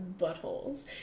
buttholes